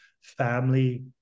family